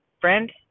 Friend